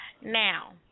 now